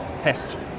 test